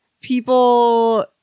People